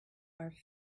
are